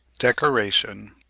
decoration.